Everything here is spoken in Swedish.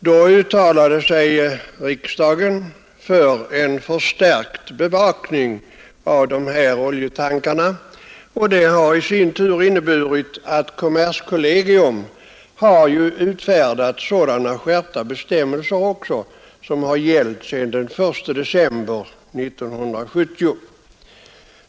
Då uttalade sig riksdagen för en förstärkt bevakning av dessa oljetankar, och det har i sin tur inneburit att kommerskollegium utfärdat skärpta bestämmelser som gällt sedan den 1 december 1970.